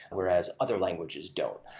whereas other languages don't.